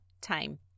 time